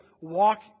walk